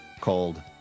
called